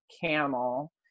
camel